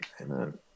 Amen